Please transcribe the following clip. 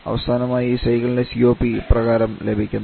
അവസാനമായി ഈ സൈക്കിളിൻറെ COP ഇപ്രകാരം ലഭിക്കുന്നു